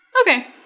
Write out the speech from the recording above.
Okay